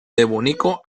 devónico